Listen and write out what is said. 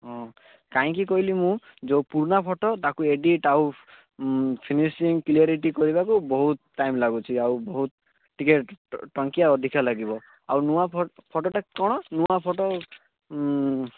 ହଁ କାହିଁକି କହିଲି ମୁଁ ଯେଉଁ ପୁରୁଣା ଫଟୋ ତାକୁ ଏଡ଼ିଟ୍ ଆଉ ଫିନିସିଙ୍ଗ ଆଉ କ୍ଳିୟରିଟି କହିବାକୁ ବହୁତ ଟାଇମ ଲାଗୁଛି ଆଉ ବହୁତ ଟିକେ ଟଙ୍କିଆ ଅଧିକ ଲାଗିବ ଆଉ ନୂଆ ଫଟୋଟା କ'ଣ ନୂଆ ଫଟୋ